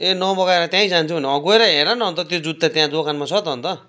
ए नमगाएर त्यहीँ जान्छु भनेको गएर हेर न अन्त त्यो जुत्ता त्यहाँ दोकानमा छ त अन्त